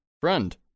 friend